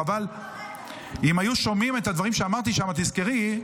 חבל, אם היו שומעים את הדברים שאמרתי שם, תזכרי,